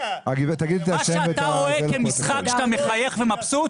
מה שאתה רואה כמשחק ואתה מחייך ומרוצה,